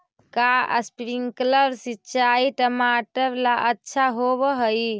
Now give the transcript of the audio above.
का स्प्रिंकलर सिंचाई टमाटर ला अच्छा होव हई?